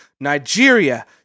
Nigeria